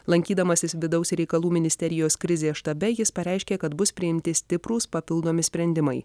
lankydamasis vidaus reikalų ministerijos krizės štabe jis pareiškė kad bus priimti stiprūs papildomi sprendimai